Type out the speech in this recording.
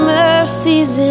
mercies